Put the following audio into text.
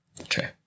Okay